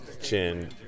chin